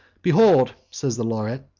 behold, says the laureate,